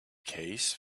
case